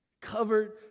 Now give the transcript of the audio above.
Covered